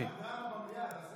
רמקול, רמקול.